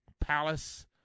Palace